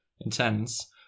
intense